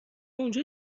اونجا